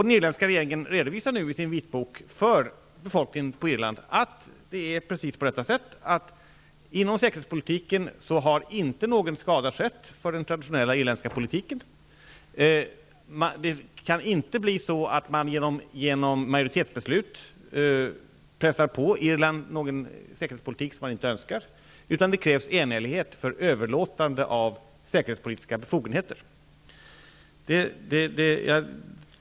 Den irländska regeringen redovisar nu i sin vitbok för befolkningen på Irland att det är precis på detta sätt, nämligen att någon skada inte har skett i fråga om den traditionella säkerhetspolitiken. Det blir inte möjligt att genom majoritetsbeslut pressa på Irland någon säkerhetspolitik som Irland inte önskar, utan det krävs enhällighet för överlåtande av säkerhetspolitiska befogenheter.